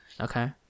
Okay